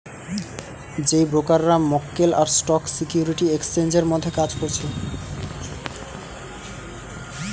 যেই ব্রোকাররা মক্কেল আর স্টক সিকিউরিটি এক্সচেঞ্জের মধ্যে কাজ করছে